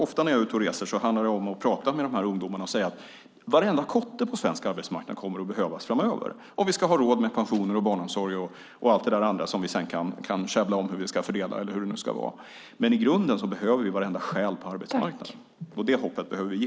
Ofta när jag är ute och reser handlar det om att tala med dessa ungdomar och säga att varenda kotte kommer att behövas på svensk arbetsmarknad framöver om vi ska ha råd med pensioner, barnomsorg och allt det andra som vi sedan kan käbbla om hur det ska fördelas. I grunden behöver vi varenda själ på arbetsmarknaden, och det hoppet behöver vi ge.